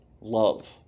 love